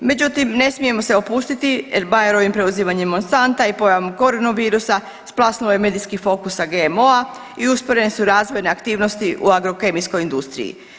Međutim, ne smijemo se opustiti Airbayerovim preuzimanjem Monsanta i pojavom corona virusa splasnuo je medijski fokus sa GMO-a i usporene su razvojne aktivnosti u agrokemijskoj industriji.